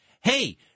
hey